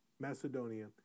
Macedonia